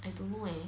I don't know eh